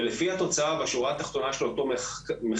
ולפי התוצאה בשורה האחרונה של אותו מחקר,